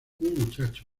muchacho